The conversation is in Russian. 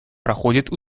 проходит